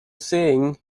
saying